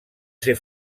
ser